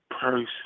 person